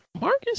Marcus